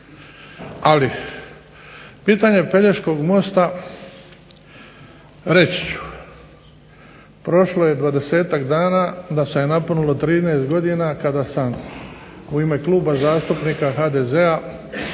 ali pitanje Pelješkog mosta, reći ću prošlo je 20-tak dana da se napunilo 13 godina kada sam u ime Kluba zastupnika HDZ-a